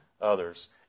others